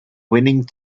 winning